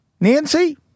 Nancy